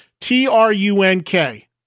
T-R-U-N-K